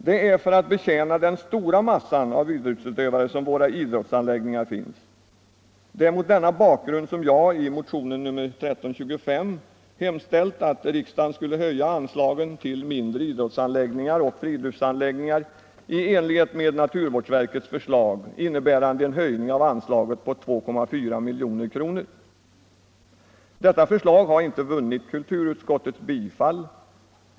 Det är för att betjäna den stora massan av idrottsutövare som våra idrottsanläggningar finns. Mot denna bakgrund är det som jag i motionen 1325 hemställt att riksdagen skulle höja anslagen till mindre idrottsanläggningar och friluftsanläggningar i enlighet med naturvårdsverkets förslag, innebärande en höjning av anslaget med 2,4 milj.kr. Detta förslag har inte vunnit kulturutskottets tillstyrkan.